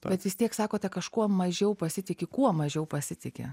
bet vis tiek sakote kažkuo mažiau pasitiki kuo mažiau pasitiki